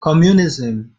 communism